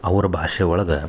ಅವ್ರ ಭಾಷೆ ಒಳ್ಗ